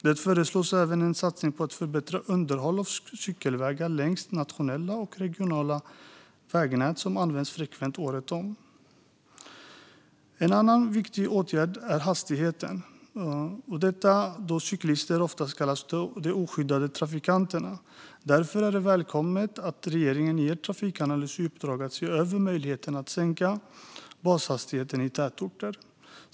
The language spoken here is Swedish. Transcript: Det föreslås även en satsning på förbättrat underhåll av cykelvägar längs nationella och regionala vägnät som används frekvent året om. En annan viktig åtgärd rör hastigheten eftersom cyklister är så kallade oskyddade trafikanter. Därför är det välkommet att regeringen har gett Trafikanalys i uppdrag att se över möjligheten att sänka bashastigheten i tätort.